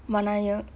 wanna hear